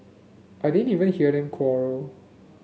I didn't even hear them quarrel